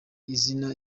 izina